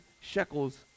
shekels